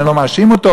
ואני לא מאשים אותו